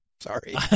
Sorry